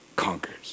conquers